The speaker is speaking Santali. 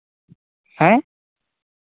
ᱦᱮᱸ